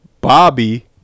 Bobby